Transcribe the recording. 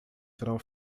serão